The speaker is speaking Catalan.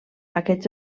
aquests